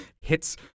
hits